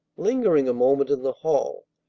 lingering a moment in the hall.